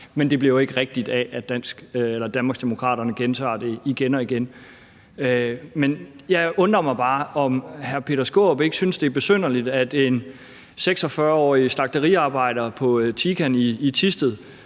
Men det bliver jo ikke rigtigt af, at Danmarksdemokraterne gentager det igen og igen. Jeg funderer bare over, om hr. Peter Skaarup ikke synes, det er besynderligt, at en 46-årig slagteriarbejder på Tican i Thisted,